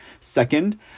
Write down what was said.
Second